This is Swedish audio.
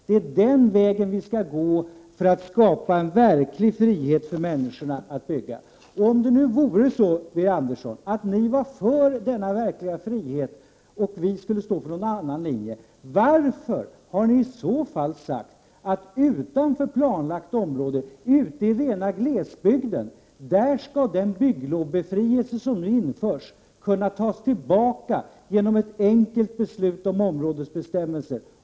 Det är den vägen vi vill gå för att skapa en verklig frihet för människorna att bygga. Om ni i centern, Birger Andersson, vore för denna verkliga frihet och vi moderater skulle stå för en annan linje, varför har ni sagt att utanför planlagt område, dvs. ute i rena glesbygden, skall den bygglovsbefrielse som nu införs kunna tas tillbaka genom ett enkelt beslut om områdesbestämmelse?